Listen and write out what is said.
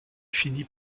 finit